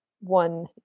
one